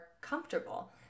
comfortable